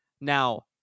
Now